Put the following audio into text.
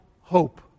hope